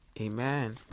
amen